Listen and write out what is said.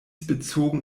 bezogen